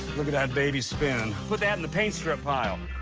look at that baby spin. put that in the paint strip pile.